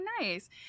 nice